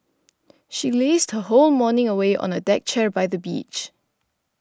she lazed her whole morning away on a deck chair by the beach